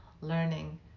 learning